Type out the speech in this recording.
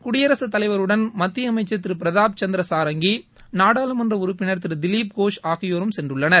குடியரசுத் தலைவருடன் மத்திய அமைச்சர் திரு பிரதாப் சந்திர சாரங்கி நாடாளுமன்ற உறுப்பினர் திரு திலிப் கோஷ் ஆகியோரும் சென்றுள்ளனர்